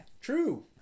true